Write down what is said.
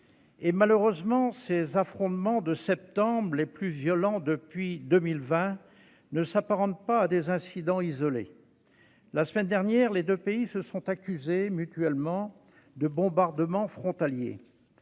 et, malheureusement, ces affrontements de septembre- les plus violents depuis 2020 -ne s'apparentent pas à des incidents isolés. La semaine dernière, les deux pays se sont encore accusés mutuellement de bombardements frontaliers.